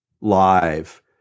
live